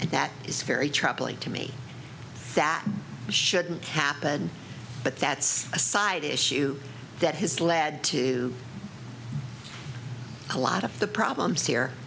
and that is very troubling to me that shouldn't happen but that's a side issue that has led to a lot of the problems here